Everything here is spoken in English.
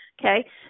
okay